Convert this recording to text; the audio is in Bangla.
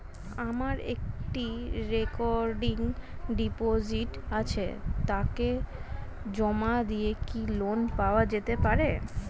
আমার একটি রেকরিং ডিপোজিট আছে তাকে জমা দিয়ে কি লোন পাওয়া যেতে পারে?